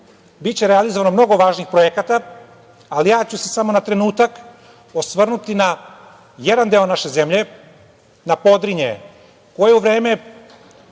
biće realizovano mnogo važnih projekata, ali ja ću se samo na trenutak osvrnuti na jedan deo naše zemlje, na Podrinje koje je u vreme